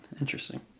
interesting